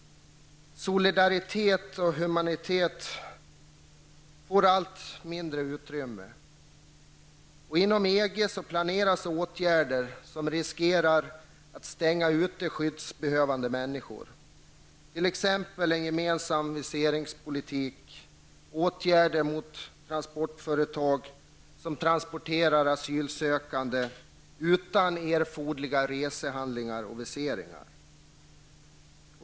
Solidaritet och humanitet får allt mindre utrymme. Inom EG planeras åtgärder som riskerar att stänga ute skyddsbehövande människor, t.ex. gemensam viseringspolitik och åtgärder mot transportföretag som transporterar asylsökande utan erforderliga resehandlingar och viseringar.